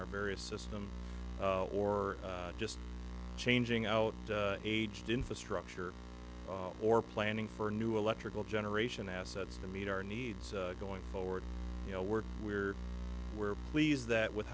our various system or just changing out aged infrastructure or planning for new electrical generation assets to meet our needs going forward you know we're we're we're pleased that with